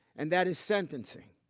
and that is sentencing.